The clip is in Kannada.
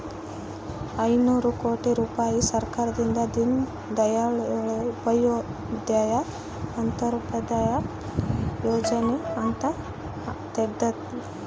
ಐನೂರ ಕೋಟಿ ರುಪಾಯಿ ಸರ್ಕಾರದಿಂದ ದೀನ್ ದಯಾಳ್ ಉಪಾಧ್ಯಾಯ ಅಂತ್ಯೋದಯ ಯೋಜನೆಗೆ ಅಂತ ತೆಗ್ದಾರ